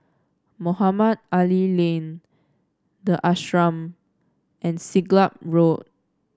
Mohamed Ali Lane the Ashram and Siglap Road